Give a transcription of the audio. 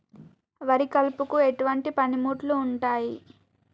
వరి కలుపుకు ఎటువంటి పనిముట్లు ఉంటాయి?